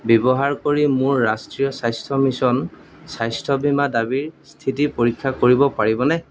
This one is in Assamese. ব্যৱহাৰ কৰি মোৰ ৰাষ্ট্ৰীয় স্বাস্থ্য মিছন স্বাস্থ্য বীমা দাবীৰ স্থিতি পৰীক্ষা কৰিব পাৰিবনে